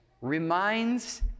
reminds